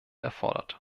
erfordert